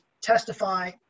testify